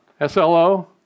S-L-O